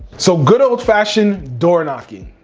so good old fashioned door knocking.